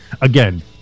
again